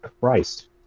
Christ